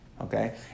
Okay